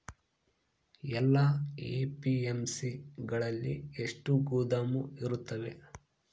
ಎಲ್ಲಾ ಎ.ಪಿ.ಎಮ್.ಸಿ ಗಳಲ್ಲಿ ಎಷ್ಟು ಗೋದಾಮು ಇರುತ್ತವೆ?